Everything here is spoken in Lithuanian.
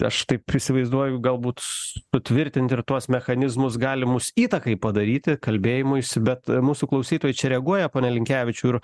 aš taip įsivaizduoju galbūt sutvirtint ir tuos mechanizmus galimus įtakai padaryti kalbėjimuisi bet mūsų klausytojai čia reaguoja pone linkevičiau ir